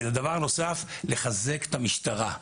והדבר הנוסף, לחזק את המשטרה.